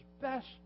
best